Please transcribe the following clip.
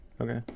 Okay